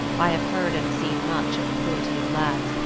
i have heard and seen much of the cruelty of lads,